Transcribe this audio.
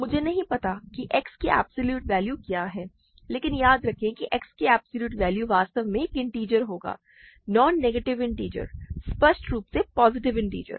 मुझे नहीं पता कि x की एब्सोल्यूट वैल्यू क्या है लेकिन याद रखें कि x की एब्सोल्यूट वैल्यू वास्तव में एक इंटिजर होगा नॉन नेगेटिव इंटिजर स्पष्ट रूप से पॉजिटिव इंटिजर